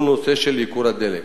כל הנושא של ייקור הדלק.